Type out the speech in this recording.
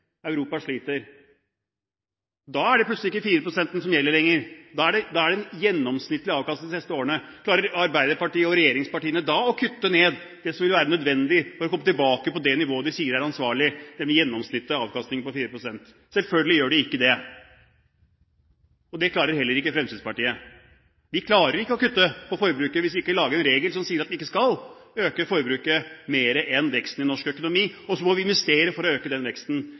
Europa sliter. Da er det plutselig ikke 4 pst. som gjelder lenger, da er det en gjennomsnittlig avkastning de siste årene. Klarer Arbeiderpartiet og regjeringspartiene da å kutte ned det som vil være nødvendig for å komme tilbake på det nivået de sier er ansvarlig, nemlig en gjennomsnittlig avkastning på 4 pst.? Selvfølgelig gjør de ikke det. Det klarer heller ikke Fremskrittspartiet. Vi klarer ikke å kutte på forbruket, hvis vi ikke lager en regel som sier at vi ikke skal øke forbruket mer enn veksten i norsk økonomi, og så må vi investere for å øke den veksten.